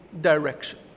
direction